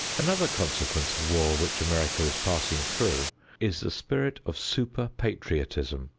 another consequence of war which america is passing through is the spirit of super-patriotism.